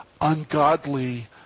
ungodly